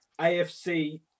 AFC